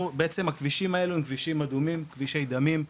הכבישים האלה הם כבישים אדומים, כבישי דמים.